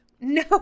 No